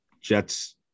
Jets